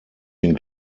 den